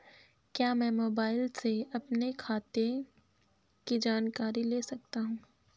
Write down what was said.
क्या मैं मोबाइल से अपने खाते की जानकारी ले सकता हूँ?